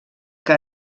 que